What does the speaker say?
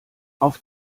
auf